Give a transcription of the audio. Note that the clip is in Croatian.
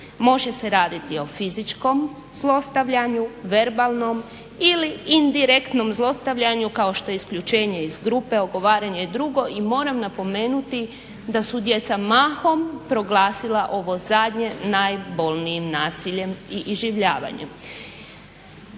Može se raditi o fizičkom zlostavljanju, verbalnom ili indirektnom zlostavljanju kao što je isključenje iz grupe, ogovaranje je drugo i moram napomenuti da su djeca mahom proglasila ovo zadnje najbolnijim nasiljem i iživljavanjem.